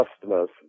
customers